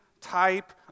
type